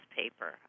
paper